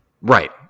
Right